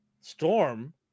Storm